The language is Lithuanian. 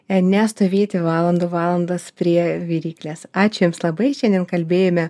nestovėti valandų valandas prie viryklės ačiū jums labai šiandien kalbėjome